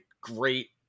great